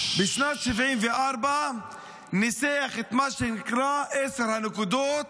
בשנת 1974 ניסח את מה שנקרא עשר הנקודות,